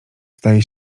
zdaje